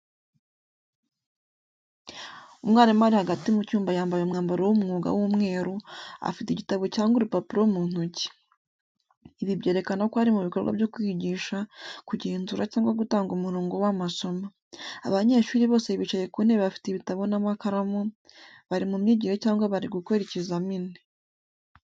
Umwarimu ari hagati mu cyumba yambaye ubwambaro w'umwuga w'umweru, afite igitabo cyangwa urupapuro mu ntoki. Ibi byerekana ko ari mu bikorwa byo kwigisha, kugenzura cyangwa gutanga umurongo w’amasomo. Abanyeshuri bose bicaye ku ntebe bafite ibitabo n'amakaramu, bari mu myigire cyangwa bari gukora ikizamini.